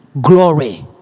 glory